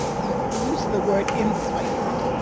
the the use of the word enslaved,